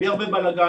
בלי הרבה בלגנים,